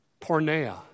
pornea